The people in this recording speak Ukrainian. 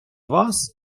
вас